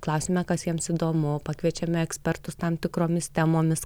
klausiame kas jiems įdomu pakviečiame ekspertus tam tikromis temomis